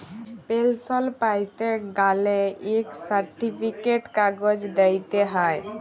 পেলসল প্যাইতে গ্যালে ইক সার্টিফিকেট কাগজ দিইতে হ্যয়